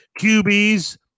QBs